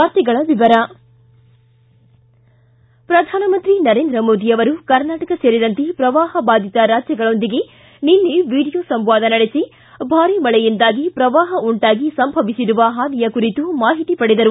ವಾರ್ತೆಗಳ ವಿವರ ಪ್ರಧಾನಮಂತ್ರಿ ನರೇಂದ್ರ ಮೋದಿ ಅವರು ಕರ್ನಾಟಕ ಸೇರಿದಂತೆ ಪ್ರವಾಪಬಾಧಿತ ರಾಜ್ಯಗಳೊಂದಿಗೆ ನಿನ್ನೆ ವಿಡಿಯೋ ಸಂವಾದ ನಡೆಸಿ ಭಾರಿ ಮಳೆಯಿಂದಾಗಿ ಪ್ರವಾಹ ಉಂಟಾಗಿ ಸಂಭವಿಸಿರುವ ಹಾನಿಯ ಕುರಿತು ಮಾಹಿತಿ ಪಡೆದರು